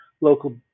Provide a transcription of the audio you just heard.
local